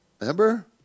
Remember